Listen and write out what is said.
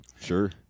Sure